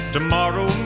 Tomorrow